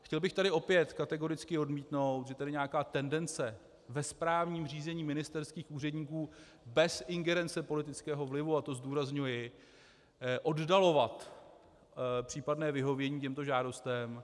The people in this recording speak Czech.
Chtěl bych tady opět kategoricky odmítnout, že je tady nějaká tendence ve správním řízení ministerských úředníků, bez ingerence politického vlivu, a to zdůrazňuji, oddalovat případné vyhovění těmto žádostem.